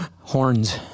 horns